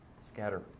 scatter